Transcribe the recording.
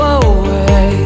away